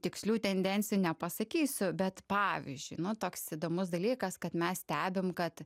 tikslių tendencijų nepasakysiu bet pavyzdžiui nu toks įdomus dalykas kad mes stebim kad